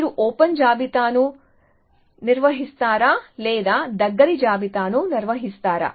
మీరు ఓపెన్ జాబితాను నిరూపిస్తారా లేదా దగ్గరి జాబితాను నిరూపిస్తారా